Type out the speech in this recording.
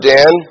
Dan